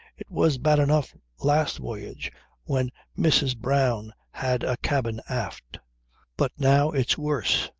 it was bad enough last voyage when mrs. brown had a cabin aft but now it's worse.